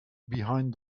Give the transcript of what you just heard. behind